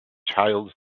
child